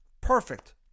Perfect